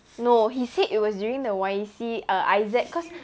no he said it was during the Y_E_C err isaac cause